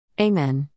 Amen